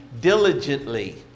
diligently